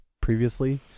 previously